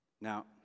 Now